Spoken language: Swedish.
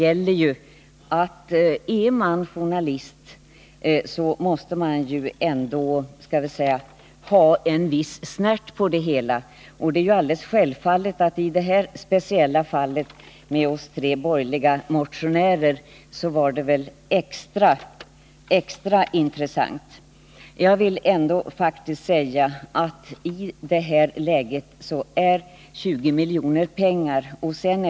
Är man journalist, måste man så att säga ha en viss snärt på det hela, och det är alldeles självklart att det här speciella fallet med oss tre borgerliga motionärer var extra Jag vill ändå säga att i det här läget är 20 milj.kr. pengar.